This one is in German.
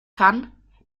kann